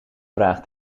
vraag